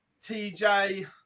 TJ